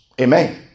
Amen